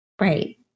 Right